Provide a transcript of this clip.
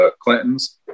Clintons